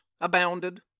abounded